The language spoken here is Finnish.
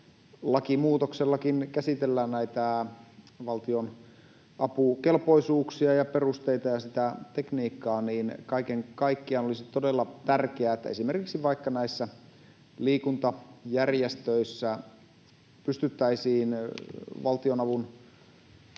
lakimuutoksellakin käsitellään valtionapukelpoisuuksia ja -perusteita ja sitä tekniikkaa, että kaiken kaikkiaan olisi todella tärkeää, että esimerkiksi liikuntajärjestöissä pystyttäisiin valtionavun